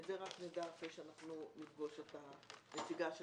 את זה נדע רק אחרי שנפגוש את הנציגה של